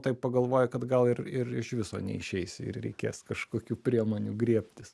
taip pagalvoji kad gal ir ir iš viso neišeisi ir reikės kažkokių priemonių griebtis